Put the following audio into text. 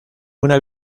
una